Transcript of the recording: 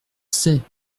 sais